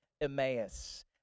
Emmaus